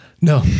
No